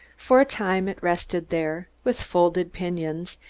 for a time it rested there, with folded pinions,